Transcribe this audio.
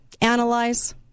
analyze